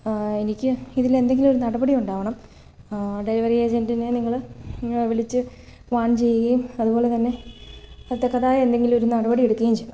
എനിക്ക് ഇതിലെന്തെങ്കിലുമൊരു നടപടി ഉണ്ടാകണം ഡെലിവറി ഏജൻറ്റിനെ നിങ്ങൾ വിളിച്ചു വാൺ ചെയ്യുകയും അതുപോലെ തന്നെ തക്കതായ എന്തെങ്കിലൊരു നടപടി എടുക്കുകയും ചെയ്യണം